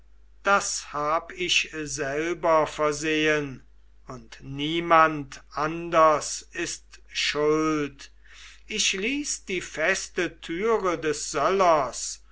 das hab ich selber versehen und niemand anders ist schuld ich ließ die feste türe des